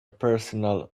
personal